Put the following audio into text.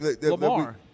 Lamar